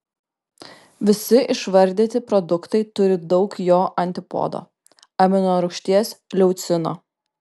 visi išvardyti produktai turi daug jo antipodo aminorūgšties leucino